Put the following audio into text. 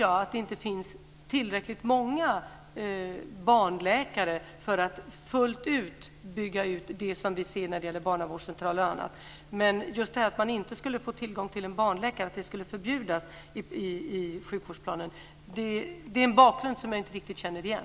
Jag vet att det inte finns tillräckligt många barnläkare för en full utbyggnad av bl.a. barnavårdscentraler, men att det i sjukvårdsplanen skulle förbjudas att barn skulle få tillgång till barnläkare känner jag inte riktigt igen.